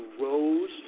rose